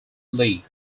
league